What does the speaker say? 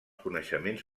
coneixements